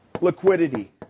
liquidity